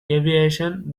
aviation